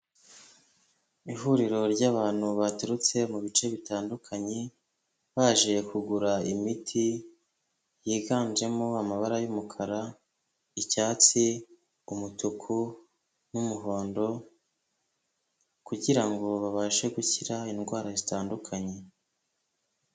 Ihuriro ry'abantu baturutse mu bice bitandukanye, baje kugura imiti yiganjemo amabara y'umukara, icyatsi, umutuku, n'umuhondo, kugira ngo babashe gukira indwara zitandukanye.